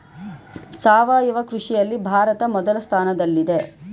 ಸಾವಯವ ಕೃಷಿಯಲ್ಲಿ ಭಾರತ ಮೊದಲ ಸ್ಥಾನದಲ್ಲಿದೆ